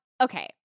Okay